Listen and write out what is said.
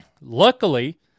Luckily